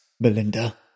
Belinda